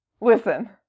Listen